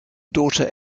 daughter